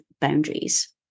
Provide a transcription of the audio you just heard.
boundaries